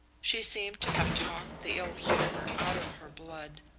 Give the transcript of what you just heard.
she seemed to have talked the ill-humour out of her blood,